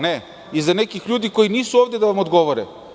Ne, iza nekih ljudi koji nisu ovde da vam odgovore.